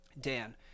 Dan